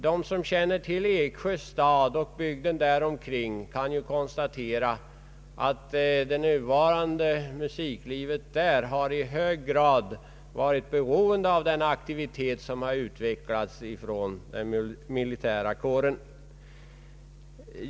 De som känner till Eksjö stad och bygden däromkring kan konstatera att det nuvarande musiklivet i dessa trakter i hög grad varit beroende av den aktivitet som utvecklas av den militära kåren.